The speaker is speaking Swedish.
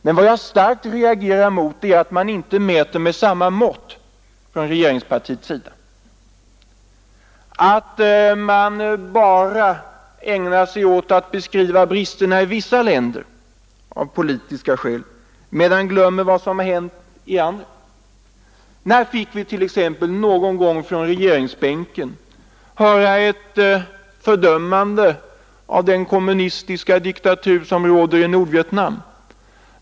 Men jag reagerar starkt mot att regeringspartiet inte alltid mäter med samma mått, att man av politiska skäl bara beskriver bristerna i vissa länder, medan man glömmer vad som har hänt i andra. När fick vit.ex. någon gång från regeringsbänken höra ett fördömande av den kommunistiska diktatur som råder i Nordvietnam?